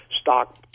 stock